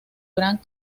gran